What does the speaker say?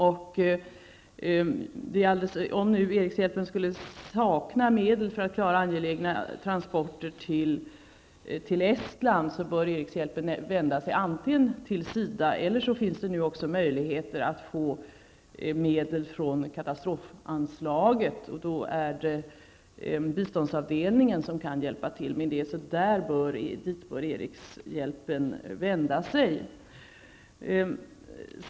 Om Erikshjälpen skulle sakna medel för att klara angelägna transporter till Estland bör den vända sig till SIDA. Men det finns nu även möjligheter att få medel från katastrofanslaget. Då är det biståndsavdelningen som kan hjälpa till med det. Dit bör därför Erikshjälpen vända sig.